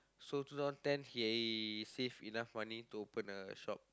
so two thousand ten he save enough money to open a shop